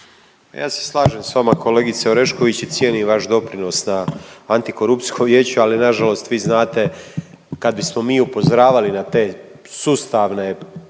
ja se slažem sa vama kolegice Orešković i cijenim vaš doprinos na antikorupcijskom vijeću, ali na žalost vi znate kad bismo mi upozoravali na te sustavne